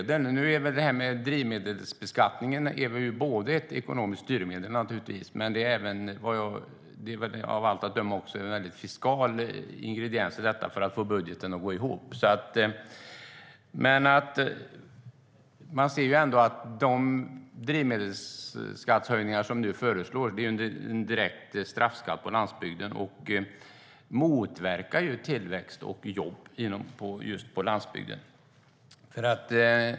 Drivmedelsbeskattningen är både ett ekonomiskt styrmedel och ett fiskalt medel för att få budgeten att gå ihop. De drivmedelsskattehöjningar som nu föreslås innebär en direkt straffskatt på landsbygden. De motverkar tillväxt och jobb på landsbygden.